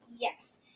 yes